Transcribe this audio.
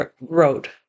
road